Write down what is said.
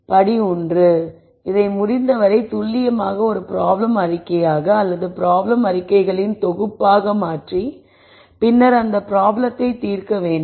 படி ஒன்று இதை முடிந்தவரை துல்லியமான ஒரு ப்ராப்ளம் அறிக்கையாக அல்லது ப்ராப்ளம் அறிக்கைகளின் தொகுப்பாக மாற்றி பின்னர் அந்த ப்ராப்ளத்தை தீர்க்க வேண்டும்